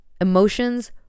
emotions